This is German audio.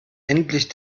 endlich